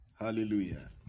Hallelujah